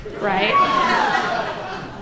right